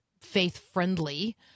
faith-friendly